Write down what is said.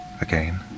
Again